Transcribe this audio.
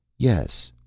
yes,